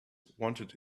wanted